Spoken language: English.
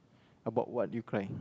about what you cry